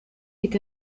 est